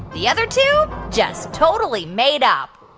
the other two just totally made up